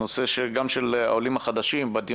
גם נושא של העולים החדשים בהחלט יעלה